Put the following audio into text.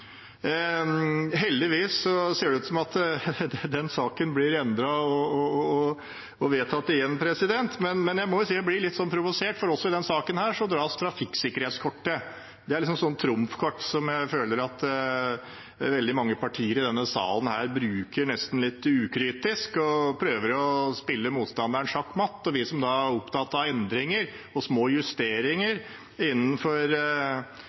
Heldigvis ser det ut til at den saken blir endret og vedtatt igjen, men jeg må si at jeg blir litt provosert, for også i denne saken dras trafikksikkerhetskortet – det er liksom et slags trumfkort som jeg føler at veldig mange partier i denne salen bruker nesten litt ukritisk og prøver å spille motstanderen sjakk matt med – mens vi som er opptatt av endringer og små justeringer innenfor